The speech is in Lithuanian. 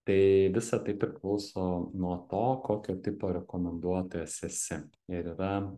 tai visa tai priklauso nuo to kokio tipo rekomenduotojas esi ir yra